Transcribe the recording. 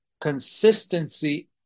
consistency